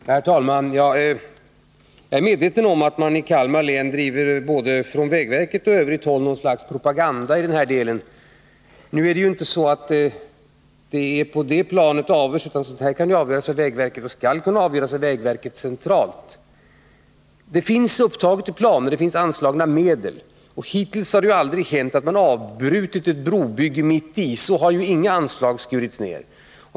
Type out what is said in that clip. Herr talman! Jag är medveten om att man i Kalmar län, både på vägverket och på andra håll, bedriver något slags propaganda härvidlag. Nu är det ju inte på det sättet en sådan här sak skall avgöras. Sådant här skall kunna avgöras av vägverket centralt. Det finns planer och det har anslagits medel. Hittills har det ju aldrig hänt att ett brobygge avbrutits, när man kommit halvvägs. Så har ju inga anslag skurits ned.